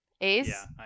Ace